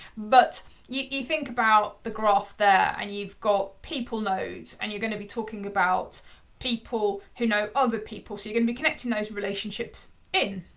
but you think about the graph there and you've got people nodes. and you're gonna be talking about people who know other people. so you're gonna be connecting those relationships in.